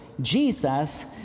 Jesus